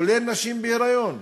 כולל נשים בהיריון,